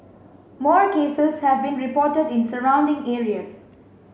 more cases have been reported in surrounding areas